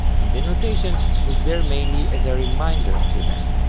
and the notation was there mainly as a reminder to them.